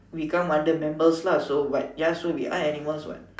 we come under mammals lah so what ya so we are animals what